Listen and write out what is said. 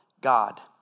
God